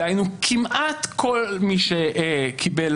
דהיינו, כמעט כל מי שקיבל